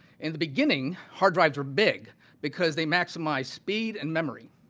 in the beginning hard drives are big because they maximize speed and memory.